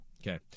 Okay